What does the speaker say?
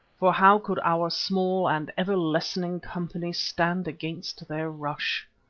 for how could our small and ever-lessening company stand against their rush?